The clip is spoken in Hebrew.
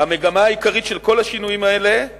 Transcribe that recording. המגמה העיקרית של כל השינויים האלה היא